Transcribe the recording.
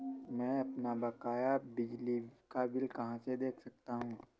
मैं अपना बकाया बिजली का बिल कहाँ से देख सकता हूँ?